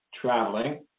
traveling